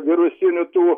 virusinių tų